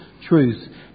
truth